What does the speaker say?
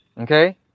Okay